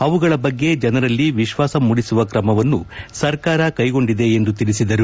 ಅವುಗಳ ಬಗ್ಗೆ ಜನರಲ್ಲಿ ವಿಶ್ವಾಸ ಮೂಡಿಸುವ ಕ್ರಮವನ್ನು ಸರ್ಕಾರ ಕೈಗೊಂಡಿದೆ ಎಂದು ತಿಳಿಸಿದರು